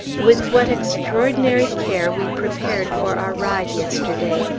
with what extraordinary care we prepared for our ride yesterday!